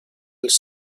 els